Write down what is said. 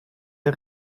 der